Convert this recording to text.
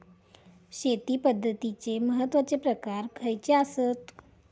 शेती पद्धतीचे महत्वाचे प्रकार खयचे आसत?